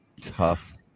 tough